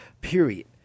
period